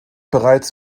bereits